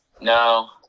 No